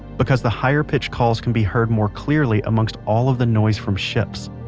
because the higher pitched calls can be heard more clearly amongst all of the noise from ships.